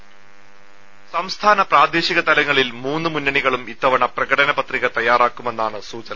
voice രംഭ സംസ്ഥാന പ്രാദേശിക തലങ്ങളിൽ മൂന്ന് മുന്നണികളും ഇത്തവണ പ്രകടന പത്രിക തയ്യാറാക്കുമെന്നാണ് സൂചന